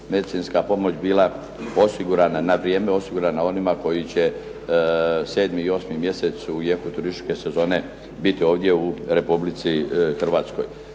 medicinska pomoć bila osigurana na vrijeme, osigurana onima koji će 7. i 8. mjesec u jeku turističke sezone biti ovdje u Republici Hrvatskoj.